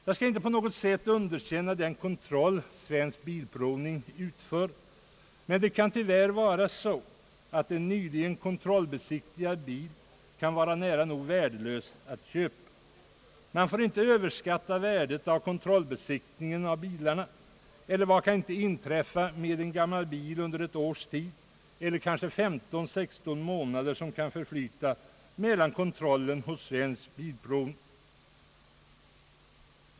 Jag skall inte på något sätt underkänna den kontroll som Svensk bilprovning utför, men en nyligen kontrollbesiktigad bil kan tyvärr vara nära nog värdelös att köpa. Man får inte överskatta värdet av kontrollbesiktningen av bilarna. Vad kan inte inträffa med en gammal bil under ett års tid eller under de kanske 15 å 16 månader som kan förflyta mellan kontrollerna hos Svensk bilprovning?